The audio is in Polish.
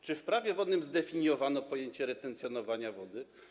Czy w Prawie wodnym zdefiniowano pojęcie retencjonowania wody?